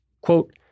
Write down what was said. quote